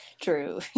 true